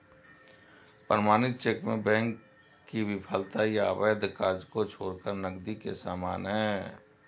प्रमाणित चेक में बैंक की विफलता या अवैध कार्य को छोड़कर नकदी के समान है